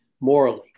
morally